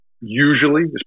usually